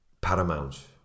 paramount